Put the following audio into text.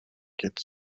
get